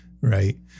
Right